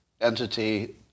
entity